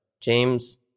James